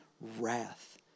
wrath